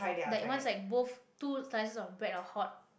like once like both two slices of bread are hot